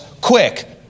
quick